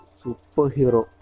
superhero